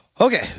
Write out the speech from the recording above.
Okay